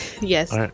Yes